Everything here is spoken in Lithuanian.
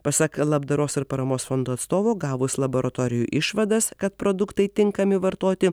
pasak labdaros ir paramos fondo atstovo gavus laboratorijų išvadas kad produktai tinkami vartoti